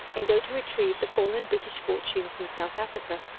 and go to retrieve the fallen british fortunes in south africa.